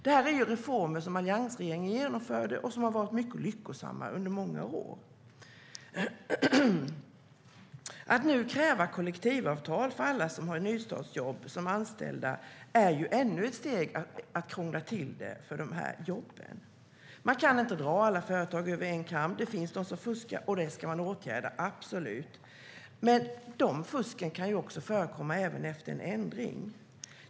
Detta är reformer som alliansregeringen genomförde och som har varit mycket lyckosamma under många år. Att nu kräva kollektivavtal för alla anställda som har ett nystartsjobb är ännu ett steg att krångla till det för jobben. Man kan inte dra alla företag över en kam. Det finns de som fuskar, och det ska man absolut åtgärda. Men det fusket kan ju förekomma även efter en ändring.